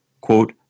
Quote